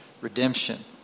redemption